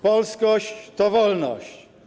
Polskość to wolność.